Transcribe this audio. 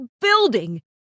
building